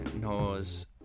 knows